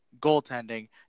goaltending